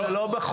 זה לא בחוק.